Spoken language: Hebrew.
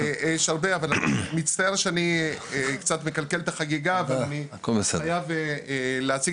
אני מצטער שאני קצת מקלקל את החגיגה אבל אני חייב להציג